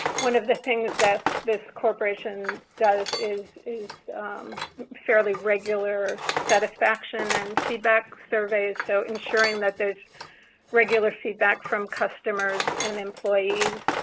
one of the things that this corporation does is is fairly regular satisfaction and feedback surveys. so, ensuring that there is regular feedback from customers and employees,